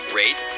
rate